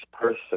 person